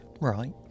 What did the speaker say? Right